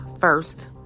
first